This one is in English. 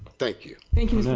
thank you? thank you